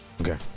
Okay